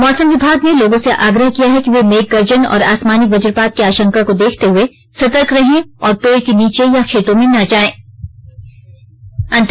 मौसम विभाग ने लोगों से आग्रह किया है कि वे मेघ गर्जन और आसमानी वजपात की आशंका को देखते हुए सतर्क रहें और पेड के नीचे या खेतों में न जाएं